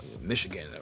Michigan